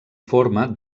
forma